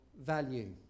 value